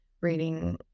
reading